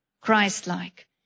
Christ-like